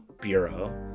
Bureau